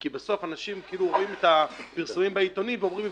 כי בסוף אנשים רואים את הפרסומים בעיתונים ואומרים,